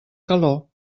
calor